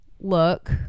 look